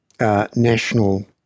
national